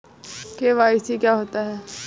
KYC क्या होता है?